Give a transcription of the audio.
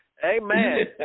Amen